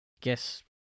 guess